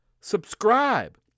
subscribe